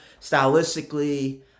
stylistically